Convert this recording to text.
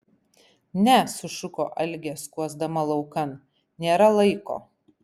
ne sušuko algė skuosdama laukan nėra laiko